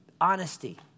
Honesty